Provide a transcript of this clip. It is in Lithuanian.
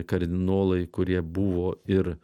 kardinolai kurie buvo ir